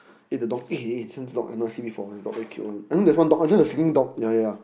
eh the dog eh since dog I never see before one got very cute one I know there's one dog oh this one the skinny dog ya ya ya